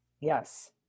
Yes